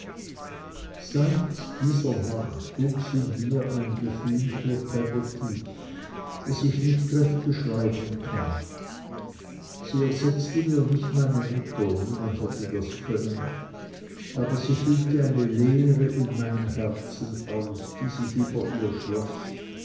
seit dieser nacht wuchs in mir ein gefühl für peggotty das ich nicht recht beschreiben kann sie ersetzte mir nicht meine mutter niemand hätte das können aber sie füllte eine leere in meinem herzen aus die sich über ihr schloß